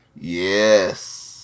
Yes